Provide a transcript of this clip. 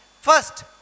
First